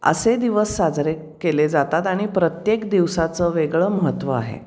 असे दिवस साजरे केले जातात आणि प्रत्येक दिवसाचं वेगळं महत्त्व आहे